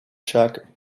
jug